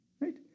Right